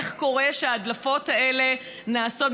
איך קורה שההדלפות האלה נעשות?